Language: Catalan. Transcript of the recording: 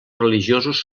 religiosos